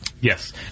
Yes